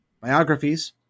biographies